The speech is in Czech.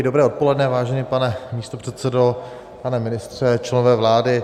Dobré odpoledne, vážený pane místopředsedo, pane ministře, členové vlády.